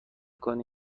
کنی